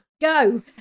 go